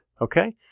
okay